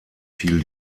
fiel